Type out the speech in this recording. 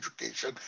education